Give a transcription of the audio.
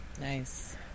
nice